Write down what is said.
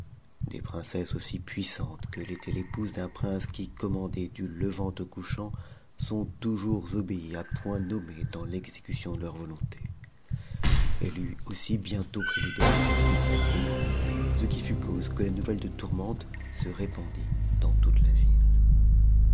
des princesses aussi puissantes que l'était l'épouse d'un prince qui commandait du levant au couchant sont toujours obéies à point nommé dans l'exécution de leurs volontés elle eut aussi bientôt pris le deuil avec toute sa cour ce qui fut cause que la nouvelle de tourmente se répandit dans toute la vitte